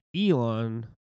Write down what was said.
Elon